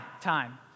time